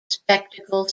spectacle